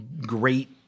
great